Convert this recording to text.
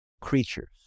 creatures